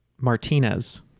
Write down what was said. Martinez